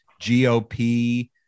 GOP